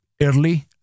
early